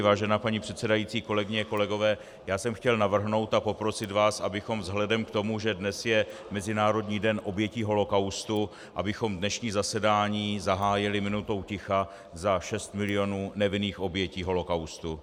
Vážená paní předsedající, kolegyně, kolegové, já jsem chtěl navrhnout a poprosit vás, abychom vzhledem k tomu, že dnes je Mezinárodní den obětí holokaustu, dnešní zasedání zahájili minutou ticha za šest milionů nevinných obětí holokaustu.